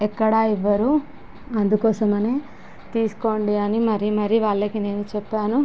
ఎక్కడా ఇవ్వరు అందుకోసమే తీసుకోండని మరీ మరీ వాళ్ళకు నేను చెప్పాను